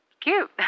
cute